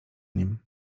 nim